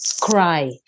cry